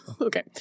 Okay